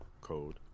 code